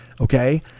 Okay